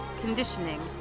conditioning